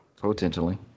Potentially